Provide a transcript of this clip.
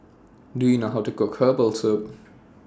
Do YOU know How to Cook Herbal Soup